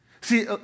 See